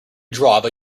driver